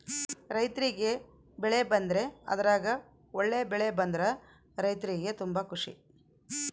ರೈರ್ತಿಗೆ ಬೆಳೆ ಬಂದ್ರೆ ಅದ್ರಗ ಒಳ್ಳೆ ಬೆಳೆ ಬಂದ್ರ ರೈರ್ತಿಗೆ ತುಂಬಾ ಖುಷಿ